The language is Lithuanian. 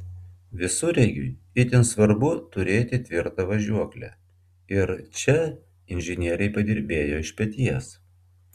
visureigiui itin svarbu turėti tvirtą važiuoklę ir čia inžinieriai padirbėjo iš peties